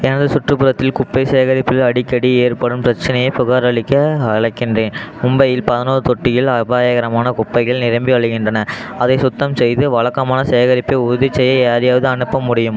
எனது சுற்றுப்புறத்தில் குப்பை சேகரிப்பதில் அடிக்கடி ஏற்படும் பிரச்சனையைப் புகாரளிக்க அழைக்கின்றேன் மும்பையில் பதினோரு தொட்டிகள் அபாயகரமான குப்பைகள் நிரம்பி வழிகின்றன அதை சுத்தம் செய்து வழக்கமான சேகரிப்பை உறுதி செய்ய யாரையாவது அனுப்ப முடியும்